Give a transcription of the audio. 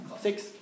six